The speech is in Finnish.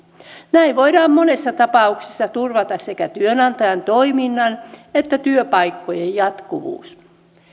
näin voidaan monessa tapauksessa turvata sekä työnantajan toiminnan että työpaikkojen jatkuvuus